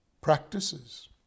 practices